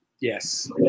Yes